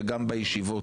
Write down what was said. וגם בישיבות.